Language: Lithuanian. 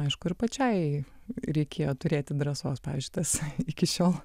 aišku ir pačiai reikėjo turėti drąsos pavyzdžiui tas iki šiol